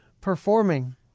performing